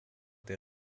der